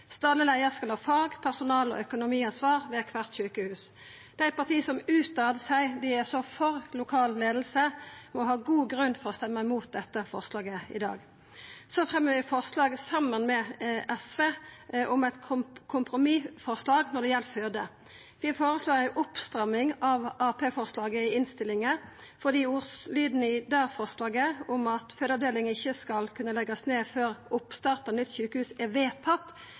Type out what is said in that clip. Stadleg leiar skal ha fag-, personal- og økonomiansvar ved kvart sjukehus. Dei partia som ute seier at dei er så for lokal leiing, må ha god grunn til å stemma imot dette forslaget i dag. Så fremjar vi saman med SV eit kompromissforslag når det gjeld føde. Vi føreslår ei oppstramming av forslaget frå Arbeidarpartiet i innstillinga, for ordlyden i det forslaget, om at fødeavdelinga i Kristiansund ikkje skal kunna leggjast ned før oppstart av nytt sjukehus er vedtatt,